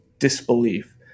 Disbelief